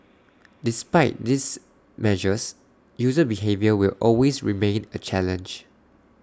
despite these measures user behaviour will always remain A challenge